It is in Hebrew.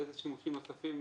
איזה שימושים נוספים,